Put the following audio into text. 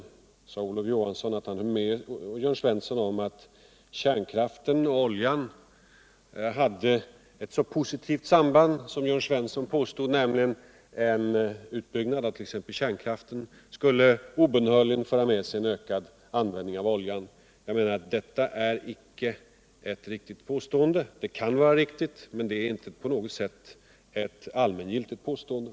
Olof Johansson sade att han höll med Jörn Svensson om att kärnkraften och oljan hade det positiva samband som Jörn Svensson påstod att de hade — en utbyggnad av t.ex. kärnkraften skulle obönhörligen föra med sig en ökad användning av oljan. Detta kan vara ett riktigt påstående. men det är inte på något sätt ct allmängiltigt påstående.